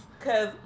cause